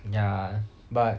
ya but